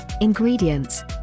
ingredients